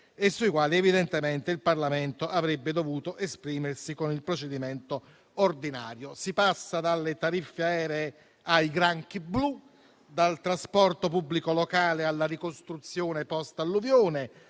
sui quali evidentemente il Parlamento avrebbe dovuto esprimersi con il procedimento ordinario. Si passa dalle tariffe aeree ai granchi blu, dal trasporto pubblico locale alla ricostruzione post-alluvione,